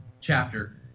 chapter